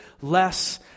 less